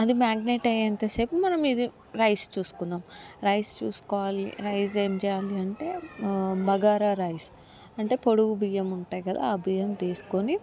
అది మ్యారినేట్ అయ్యేంతసేపు మనం ఇది రైస్ చూసుకుందాం రైస్ చూసుకోవాలి రైస్ ఏం చేయాలంటే బగారా రైస్ అంటే పొడవు బియ్యం ఉంటాయి కదా ఆ బియ్యం తీసుకుని